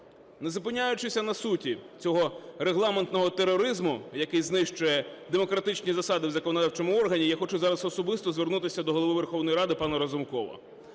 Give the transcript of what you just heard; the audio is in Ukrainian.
Не зупиняючись на суті цього регламентного тероризму, який знищує демократичні засади в законодавчому органі, я хочу зараз особисто звернутися до Голови Верховної Ради пана Разумкова.